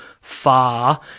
far